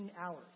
hours